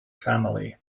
family